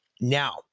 Now